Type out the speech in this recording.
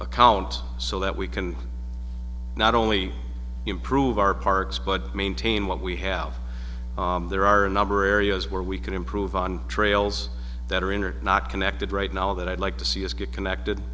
account so that we can not only improve our parks but maintain what we have there are a number areas where we can improve on trails that are in are not connected right now that i'd like to see is get connected